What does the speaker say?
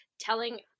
telling